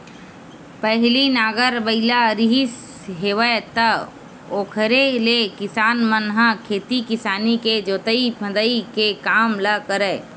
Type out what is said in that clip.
पहिली नांगर बइला रिहिस हेवय त ओखरे ले किसान मन ह खेती किसानी के जोंतई फंदई के काम ल करय